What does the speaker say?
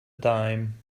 dime